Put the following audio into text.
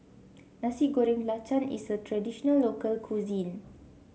Nasi Goreng Belacan is a traditional local cuisine